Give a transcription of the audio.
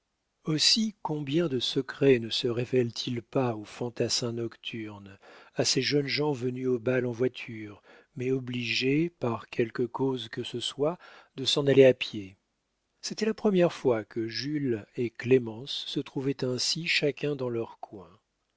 aussi combien de secrets ne se révèle t il pas aux fantassins nocturnes à ces jeunes gens venus au bal en voiture mais obligés par quelque cause que ce soit de s'en aller à pied c'était la première fois que jules et clémence se trouvaient ainsi chacun dans leur coin